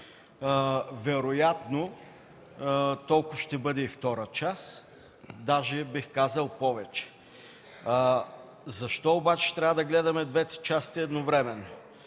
Вероятно толкова ще бъде и втората част, даже бих казал и повече. Защо обаче трябва да гледаме двете части едновременно?